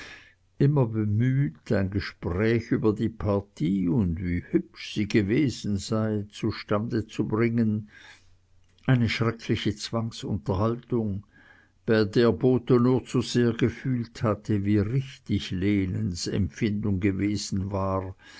immer bemüht ein gespräch über die partie und wie hübsch sie gewesen sei zustande zu bringen eine schreckliche zwangsunterhaltung bei der botho nur zu sehr gefühlt hatte wie richtig lenens empfindung gewesen war